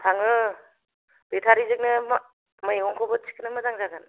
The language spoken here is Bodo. थाङो बेटारिजोंनो मैगंखौबो थिखोनो मोजां जागोन